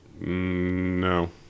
No